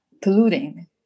polluting